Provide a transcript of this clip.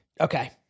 Okay